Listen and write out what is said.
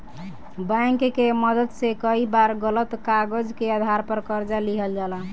bank के मदद से कई बार गलत कागज के आधार पर कर्जा लिहल जाला